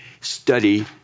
study